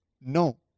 No